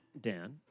Dan